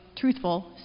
truthful